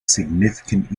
significant